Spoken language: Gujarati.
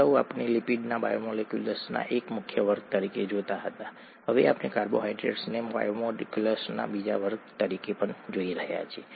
અગાઉ આપણે લિપિડને બાયોમોલેક્યુલ્સના એક મુખ્ય વર્ગ તરીકે જોતા હતા હવે આપણે કાર્બોહાઇડ્રેટ્સને બાયોમોલેક્યુલ્સના બીજા મુખ્ય વર્ગ તરીકે જોઈ રહ્યા છીએ